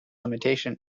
limitation